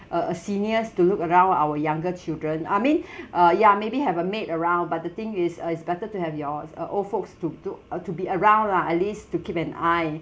uh uh seniors to look around our younger children I mean uh ya maybe have a maid around but the thing is uh it's better to have yours uh old folks to do uh to be around lah at least to keep an eye